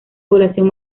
población